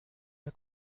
der